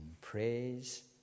praise